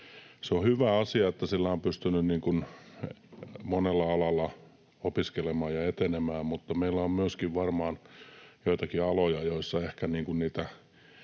Se on hyvä asia, että sillä on pystynyt monella alalla opiskelemaan ja etenemään, mutta meillä on varmaan myöskin joitakin aloja, joilla ehkä niitä